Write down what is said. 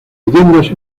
leyendas